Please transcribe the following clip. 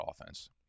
offense